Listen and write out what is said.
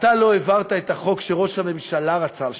אתה לא העברת את החוק שראש הממשלה רצה שנעביר.